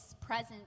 present